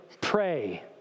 pray